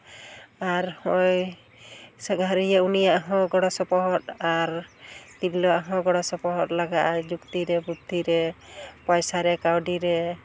ᱟᱨ ᱦᱚᱸᱜᱼᱚᱭ ᱥᱟᱸᱷᱟᱨᱤᱭᱟᱹ ᱩᱱᱤᱭᱟᱜ ᱦᱚᱸ ᱜᱚᱲᱚ ᱥᱚᱯᱚᱦᱚᱫ ᱟᱨ ᱛᱤᱨᱞᱟᱹ ᱟᱜ ᱦᱚᱸ ᱜᱚᱲᱚ ᱥᱚᱯᱚᱦᱚᱫ ᱞᱟᱜᱟᱜᱼᱟ ᱡᱩᱠᱛᱤ ᱨᱮ ᱵᱩᱫᱽᱫᱷᱤ ᱨᱮ ᱯᱚᱭᱥᱟ ᱨᱮ ᱠᱟᱹᱣᱰᱤ ᱨᱮ